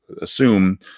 assume